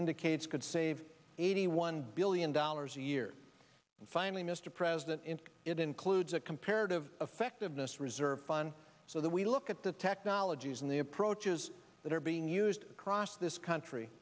indicates could save eighty one billion dollars a year and finally mr president it includes a comparative effectiveness reserve fund so that we look at the technologies and the approaches that are being used to cross this country